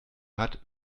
hat